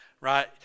right